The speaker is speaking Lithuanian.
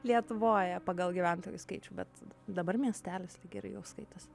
lietuvoje pagal gyventojų skaičių bet dabar miestelis tai gerai jau skaitos